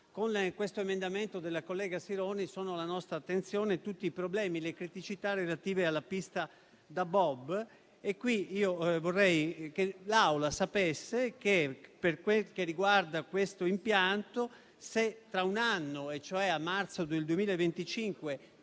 Con l'emendamento della collega Sironi sono alla nostra attenzione tutti i problemi e le criticità relative alla pista da bob. A tale proposito, vorrei che l'Assemblea sapesse che, per quel che riguarda questo impianto, se tra un anno e cioè a marzo 2025